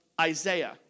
Isaiah